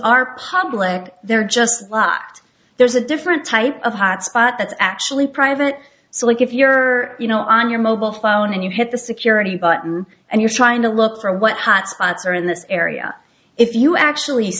are public they're just blocked there's a different type of hotspot that's actually private so like if you're you know on your mobile phone and you hit the security button and you're trying to look for what hotspots are in this area if you actually